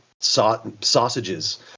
sausages